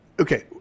okay